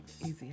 Easy